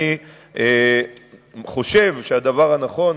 אני חושב שהדבר הנכון,